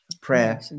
prayer